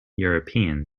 european